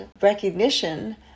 recognition